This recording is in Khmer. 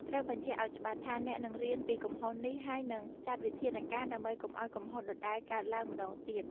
ត្រូវបញ្ជាក់ឱ្យច្បាស់ថា អ្នកនឹងរៀនពីកំហុសនេះ ហើយនឹងចាត់វិធានការដើម្បីកុំឱ្យកំហុសដដែលកើតឡើងម្តងទៀត។